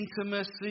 intimacy